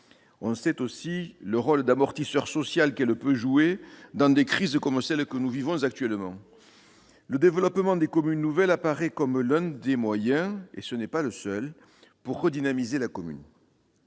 On sait aussi le rôle d'amortisseur social qu'elle peut jouer dans des crises comme celle que nous vivons actuellement. Le développement des communes nouvelles apparaît comme l'un des moyens- ce n'est pas le seul -de redynamiser la commune.